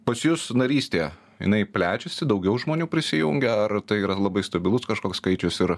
pas jus narystė jinai plečiasi daugiau žmonių prisijungia ar tai yra labai stabilus kažkoks skaičius ir